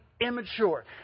immature